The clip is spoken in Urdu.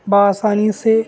بآسانی سے